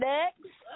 Next